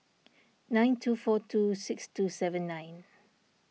nine two four two six two seven nine